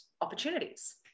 opportunities